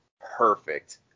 perfect